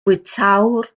bwytäwr